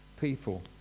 people